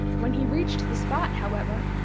when he reached the spot, however,